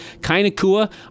Kainakua